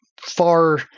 far